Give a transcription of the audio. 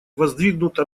воздвигнута